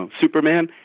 Superman